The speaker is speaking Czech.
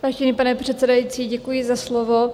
Vážený pane předsedající, děkuji za slovo.